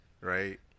Right